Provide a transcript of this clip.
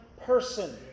person